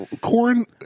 corn